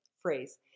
phrase